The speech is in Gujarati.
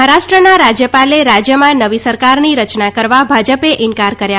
મહારાષ્ટ્રના રાજ્યપાલે રાજ્યમાં નવી સરકારની રચના કરવા ભાજપે ઈન્કાર કર્યા